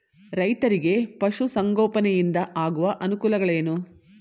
ರೈತರಿಗೆ ಪಶು ಸಂಗೋಪನೆಯಿಂದ ಆಗುವ ಅನುಕೂಲಗಳೇನು?